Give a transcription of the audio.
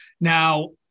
Now